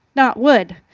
not would,